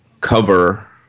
cover